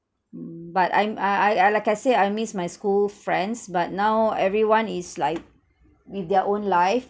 but I'm I I like I say I miss my school friends but now everyone is like with their own life